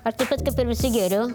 ar taip pat kaip ir visi geriu